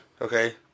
okay